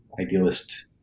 idealist